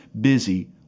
busy